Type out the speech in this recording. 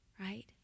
right